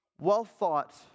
well-thought